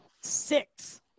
six